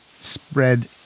spread